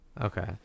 okay